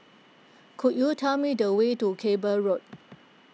could you tell me the way to Cable Road